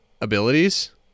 abilities